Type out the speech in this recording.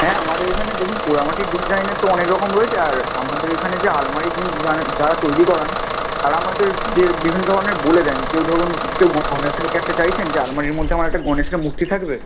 হ্যাঁ আমাদের এখানে দেখুন পোড়ামাটির ডিজাইনের তো অনেক রকম রয়েছে আর আমাদের এখানে যে আলমারি যারা তৈরি করান তারা আমাদের যে বিভিন্ন ধরনের বলে দেন কেউ ধরুন কেউ গণেশের চাইছেন যে আলমারির মধ্যে আমার একটা গণেশের মূর্তি থাকবে